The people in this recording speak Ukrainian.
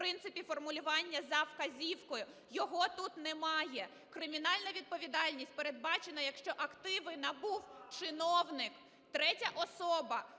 в принципі, формулювання "за вказівкою". Його тут немає. Кримінальна відповідальність передбачена, якщо активи набув чиновник. Третя особа